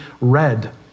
red